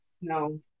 No